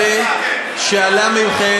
זה הנושא שעלה מכם.